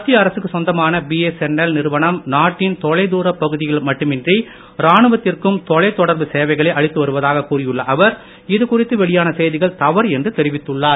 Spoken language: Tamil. மத்திய அரசுக்கு சொந்தமான பிஎஸ்என்எல் நிறுவனம் நாட்டின் தொலை தூரப் பகுதிகள் மட்டுமின்றி இராணுவத்திற்கும் தொலை தொடர்பு சேவைகளை அளித்து வருவதாக கூறியுள்ள அவர் இது குறித்து வெளியான செய்திகள் தவறு என்று தெரிவித்துள்ளார்